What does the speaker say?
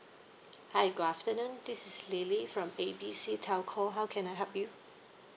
hi good afternoon this is lily from A B C telco how can I help you